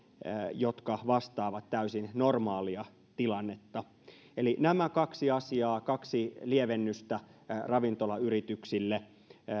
jotka vastaavat täysin normaalia tilannetta eli nämä kaksi asiaa kaksi lievennystä ravintolayrityksille